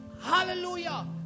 hallelujah